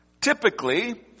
typically